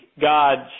God's